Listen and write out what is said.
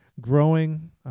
growing